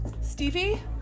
Stevie